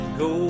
go